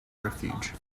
refuge